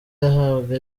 ahabwa